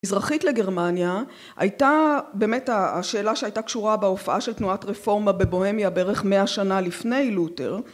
מזרחית לגרמניה הייתה באמת השאלה שהייתה קשורה בהופעה של תנועת רפורמה בבוהמיה בערך מאה שנה לפני לותר